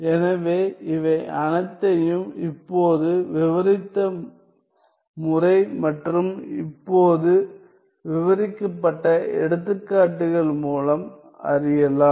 எனவே இவை அனைத்தையும் இப்போது விவரித்த முறை மற்றும் இப்போது விவரிக்கப்பட்ட எடுத்துக்காட்டுகள் மூலம் அறியலாம்